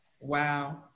Wow